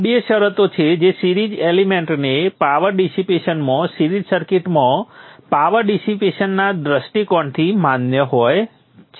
આ બે શરતો છે જે સિરીઝ એલિમેન્ટને પાવર ડિસિપેશનમાં સિરીઝ સર્કિટમાં પાવર ડિસિપેશનના દૃષ્ટિકોણથી માન્ય હોય છે